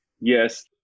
yes